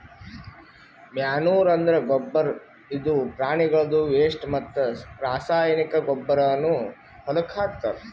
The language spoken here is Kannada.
ಮ್ಯಾನೂರ್ ಅಂದ್ರ ಗೊಬ್ಬರ್ ಇದು ಪ್ರಾಣಿಗಳ್ದು ವೆಸ್ಟ್ ಮತ್ತ್ ರಾಸಾಯನಿಕ್ ಗೊಬ್ಬರ್ನು ಹೊಲಕ್ಕ್ ಹಾಕ್ತಾರ್